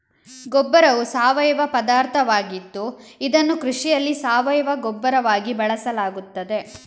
ಗೊಬ್ಬರವು ಸಾವಯವ ಪದಾರ್ಥವಾಗಿದ್ದು ಇದನ್ನು ಕೃಷಿಯಲ್ಲಿ ಸಾವಯವ ಗೊಬ್ಬರವಾಗಿ ಬಳಸಲಾಗುತ್ತದೆ